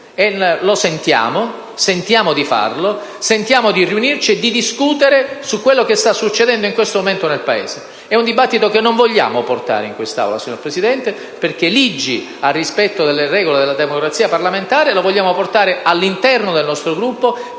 Lo sentiamo. Sentiamo di farlo. Sentiamo di riunirci e di discutere su quanto sta succedendo in questo momento nel Paese. É un dibattito che non vogliamo portare in quest'Aula, signor Presidente, perché siamo ligi al rispetto delle regole della democrazia parlamentare. Desideriamo quindi portarlo all'interno del nostro Gruppo